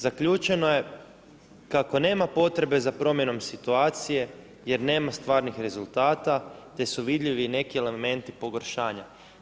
Zaključeno je kako nema potrebe za promjenom situacije, jer nema stvarnih rezultata, te su vidljivi neki elementi pogoršanja.